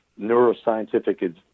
neuroscientific